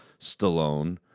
Stallone